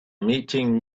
meeting